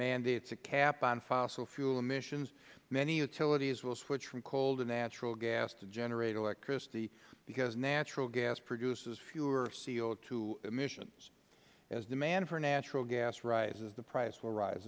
mandates a cap on fossil fuel emissions many utilities will switch from coal to natural gas to generate electricity because natural gas produces fewer co emissions as demand for natural gas rises the price will rise